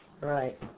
Right